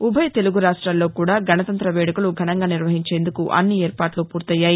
ఉభయ తెలుగు రాష్ట్రాల్లో కూడా గణతంత్ర వేడుకలు ఘనంగా నిర్వహించేందుకు అన్ని ఏర్పాట్లు పూర్తయ్యాయి